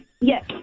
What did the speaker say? Yes